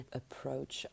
approach